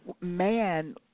man